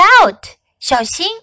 out,小心